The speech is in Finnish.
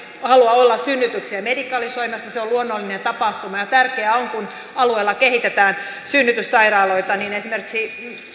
halua olla synnytyksiä medikalisoimassa se on luonnollinen tapahtuma tärkeää on että kun alueella kehitetään synnytyssairaaloita niin esimerkiksi